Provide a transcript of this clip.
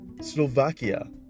Slovakia